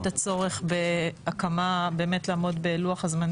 נראה לי שמה שנאמר פה זה רק מחדד את הצורך לעמוד בלוח הזמנים